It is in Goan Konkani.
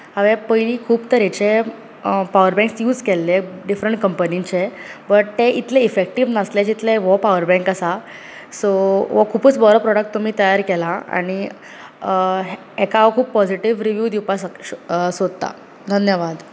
हांवें पयली खूब तरेचे पावर बँक यूज केल्ले डिफ्रेंट कंपनीचे बट ते इतले इफेक्टीव नासले जितले हो पावर बँक आसा सो हो खुबूच बरो प्रोडक्ट तुमी तयार केला आनी हाका खूब पॉजिटीव रिव्यूव दिवपाक सोदता धन्यवाद